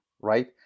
right